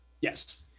Yes